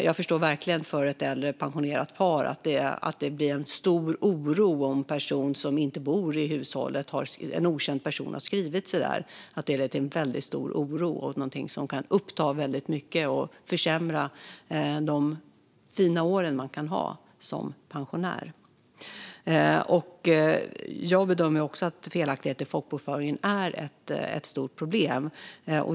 Jag förstår verkligen att det för ett äldre pensionerat par blir en stor oro om en okänd person som inte bor i hushållet har skrivit sig där. Det leder till en väldigt stor oro och kan uppta väldigt mycket av och försämra de fina år man kan ha som pensionär. Också jag bedömer att felaktigheter i folkbokföringen är ett stort problem.